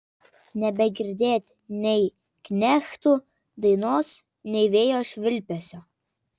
nebegirdėt nei knechtų dainos nei vėjo švilpesio